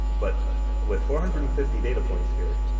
but with four hundred and fifty data points here,